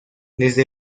desde